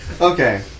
Okay